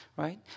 Right